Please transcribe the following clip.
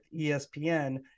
ESPN